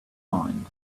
mind